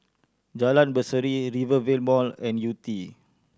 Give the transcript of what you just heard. Jalan Berseri Rivervale Mall and Yew Tee